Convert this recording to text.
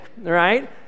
right